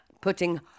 putting